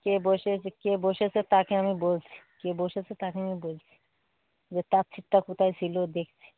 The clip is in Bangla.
কে বসেছে কে বসেছে তাকে আমি বলছি কে বসেছে তাকে আমি বলছি যে তার সীটটা কোথায় ছিল দেখছি